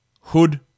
Hood